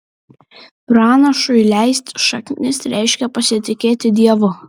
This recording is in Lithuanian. pranašui leisti šaknis reiškia pasitikėti dievu